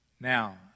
now